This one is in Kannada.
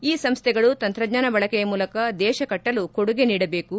ಈ ಸಂಸ್ಥೆಗಳು ತಂತ್ರಜ್ಞಾನ ಬಳಕೆಯ ಮೂಲಕ ದೇಶ ಕಟ್ಟಲು ಕೊಡುಗೆ ನೀಡಬೇಕು